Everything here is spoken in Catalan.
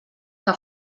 que